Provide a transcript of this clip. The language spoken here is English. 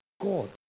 God